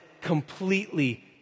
completely